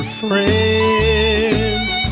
friends